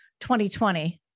2020